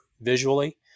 visually